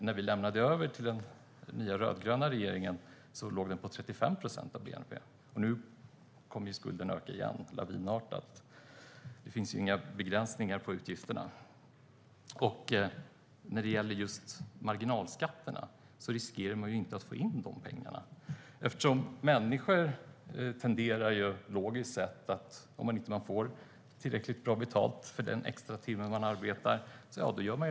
När vi lämnade över till den nya rödgröna regeringen låg den på 35 procent av bnp. Nu kommer skulden att öka igen lavinartat. Det finns ju inga begränsningar på utgifterna. När det gäller just marginalskatterna riskerar man ju att inte få in de pengarna, eftersom människor logiskt sett tenderar att göra någonting annat än att arbeta om man inte får tillräckligt bra betalt för den extra timme man arbetar.